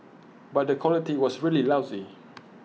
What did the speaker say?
but the quality was really lousy